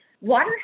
Water